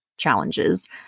challenges